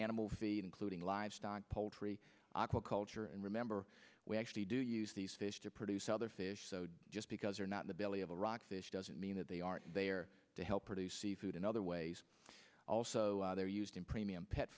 animal feed including livestock poultry aquaculture and remember we actually do use these fish to produce other fish just because they're not in the belly of a rock this doesn't mean that they aren't there to help produce seafood in other ways also they're used in premium pet